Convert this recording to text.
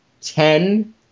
ten